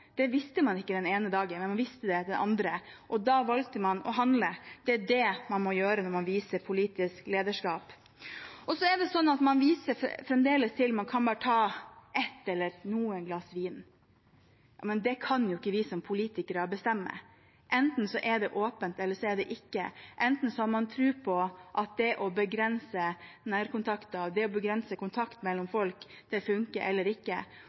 Det visste man ikke den ene dagen, men man visste det den andre, og da valgte man å handle. Det er det man må gjøre når man viser politisk lederskap. Man viser fremdeles til at man kan ta bare ett eller noen glass vin. Ja, men det kan jo ikke vi som politikere bestemme. Enten er det åpent eller så er det ikke det. Enten har man tro på at det å begrense nærkontakter, det å begrense kontakt mellom folk, funker – eller ikke.